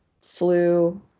flu